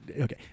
okay